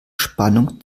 spannung